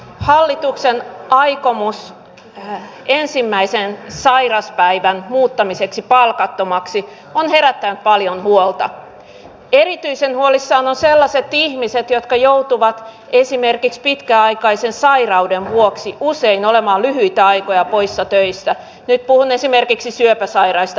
hallituksen aikomus ensimmäisen sairaspäivän muuttamiseksi palkattomaksi on herättänyt paljon muualta erityisen huolissaan sellaiset ihmiset jotka joutuvat esimerkiksi pitkäaikaisen sairauden vuoksi usein olemaan niitä aikoja poissa töistä lipun esimerkiksi syöpäsairaista